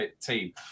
team